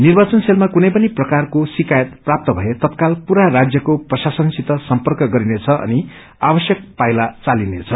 निर्वाचन सेलमा कुनै पनि प्रकारको कूनै पनि शिकायत प्राप्त भए तत्काल पूरा राज्यको प्रशासनसित सर्म्पक गरिनेछ अनि आवश्यक पाइला चालिनेछ